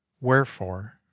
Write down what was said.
Wherefore